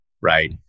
right